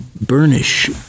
burnish